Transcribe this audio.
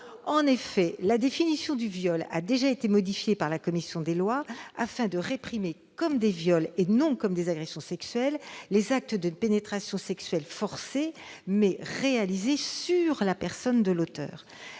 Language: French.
En effet, la définition du viol a déjà été modifiée par la commission des lois, afin de réprimer comme des viols, et non comme des agressions sexuelles, les actes de pénétration sexuelle forcés, mais sur la personne de l'auteur.